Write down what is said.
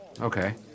okay